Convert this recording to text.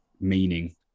meaning